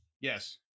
Yes